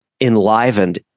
enlivened